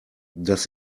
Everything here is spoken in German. das